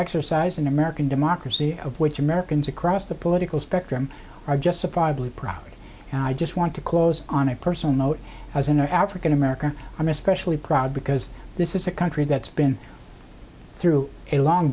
exercise in american democracy of which americans across the political spectrum are justifiably proud and i just want to close on a personal note as an african american i'm especially proud because this is a country that's been through a long